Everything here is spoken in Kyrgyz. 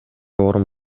орун